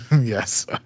Yes